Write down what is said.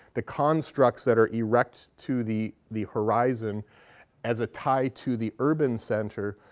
the constructs that are erect to the the horizon as a tie to the urban center,